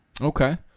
Okay